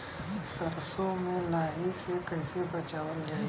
सरसो में लाही से कईसे बचावल जाई?